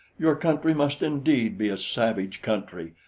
your country must indeed be a savage country,